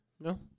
no